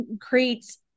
creates